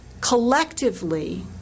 collectively